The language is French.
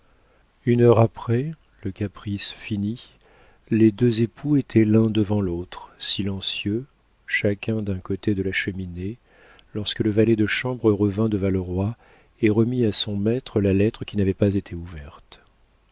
une heure après le caprice fini les deux époux étaient l'un devant l'autre silencieux chacun d'un côté de la cheminée lorsque le valet de chambre revint de valleroy et remit à son maître la lettre qui n'avait pas été ouverte